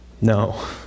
No